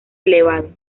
elevado